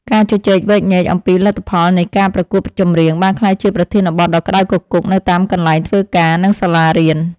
ការជជែកវែកញែកអំពីលទ្ធផលនៃការប្រកួតចម្រៀងបានក្លាយជាប្រធានបទដ៏ក្តៅគគុកនៅតាមកន្លែងធ្វើការនិងសាលារៀន។